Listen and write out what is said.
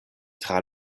tra